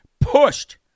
pushed